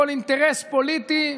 כל אינטרס פוליטי,